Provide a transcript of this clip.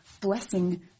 blessing